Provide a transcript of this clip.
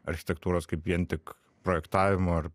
architektūros kaip vien tik projektavimo ar